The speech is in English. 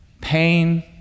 Pain